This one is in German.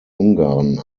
ungarn